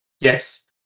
Yes